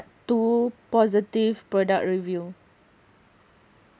two positive product review